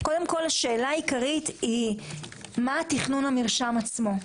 קודם כל השאלה העיקרית מה התכנון המרשם עצמו.